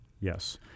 Yes